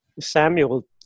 Samuel